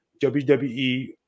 WWE